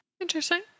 Interesting